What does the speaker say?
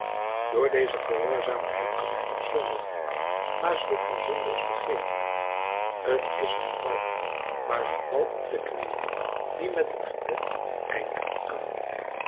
door deze gehoorzaamheid kan hij nog zondigen maar zulk een zonde is vergeeflijk t is een val maar een val op de knieën die met het gebed eindigen kan